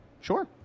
sure